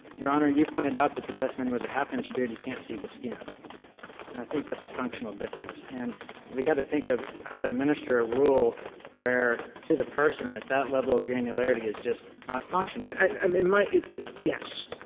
your honor, you pointed out that the testimony was a half inch beard, you can't see the skin. and i think that's a functional difference. and we've got to think of how to administer a rule where to the person that that level of granularity is just not functional i mean sotomayor yes.